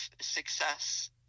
success